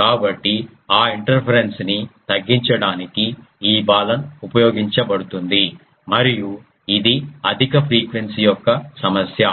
కాబట్టి ఆ ఇంటర్పరెన్స్ ని తగ్గించడానికి ఈ బాలన్ ఉపయోగించబడుతుంది మరియు ఇది అధిక ఫ్రీక్వెన్సీ యొక్క సమస్య